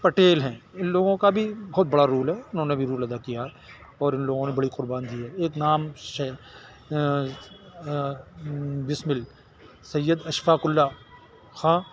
پٹیل ہیں ان لوگوں کا بھی بہت بڑا رول ہے انہوں نے بھی رول ادا کیا ہے اور ان لوگوں نے بڑی قربانی دی ہے ایک نام بسمل سید اشفاق اللہ خاں